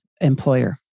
employer